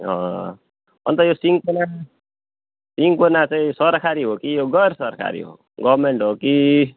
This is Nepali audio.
अन्त यो सिन्कोना सिन्कोना चाहिँ सरकारी हो कि यो गैरसरकारी हो गभर्मेन्ट हो कि